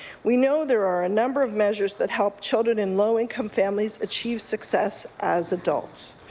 we know there are a number of measures that help children in low income families achieve success as adults.